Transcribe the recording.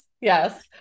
yes